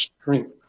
strength